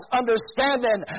understanding